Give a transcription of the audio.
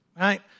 right